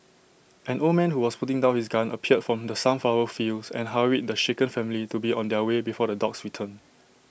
an old man who was putting down his gun appeared from the sunflower fields and hurried the shaken family to be on their way before the dogs return